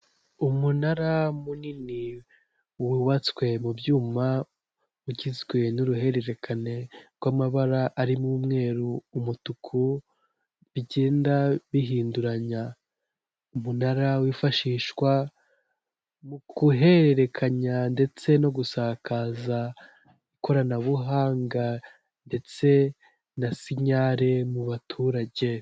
Umunara munini wubatswe mu byuma ugizwe n'uruhererekane rw'amabara arimo umweru, umutuku bigenda bihinduranya, umunara wifashishwa mu guhererekanya ndetse no gusakaza ikoranabuhanga ndetse na sinyare mu baturage.